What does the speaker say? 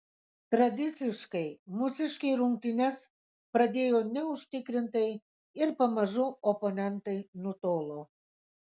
tradiciškai mūsiškiai rungtynes pradėjo neužtikrintai ir pamažu oponentai nutolo